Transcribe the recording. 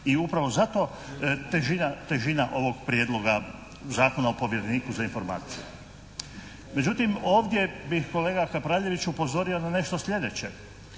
I upravo zato težina ovog prijedloga Zakona o povjereniku za informacije. Međutim, ovdje bih kolega Kapraljević upozorio na nešto sljedeće.